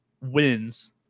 wins